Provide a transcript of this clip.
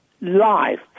life